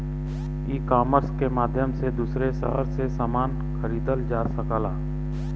ecommerce के माध्यम से दूसरे शहर से समान खरीदल जा सकला